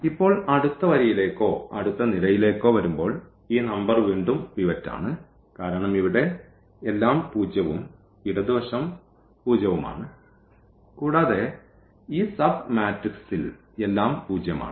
ഇപ്പോൾ അടുത്ത വരിയിലേക്കോ അടുത്ത നിരയിലേക്കോ വരുമ്പോൾ ഈ നമ്പർ വീണ്ടും പിവറ്റ് ആണ് കാരണം ഇവിടെ എല്ലാം പൂജ്യവും ഇടത് വശം പൂജ്യവും ആണ് കൂടാതെ ഈ സബ് മാട്രിക്സിൽ എല്ലാം പൂജ്യമാണ്